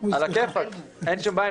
על הכיפאק, אין שום בעיה.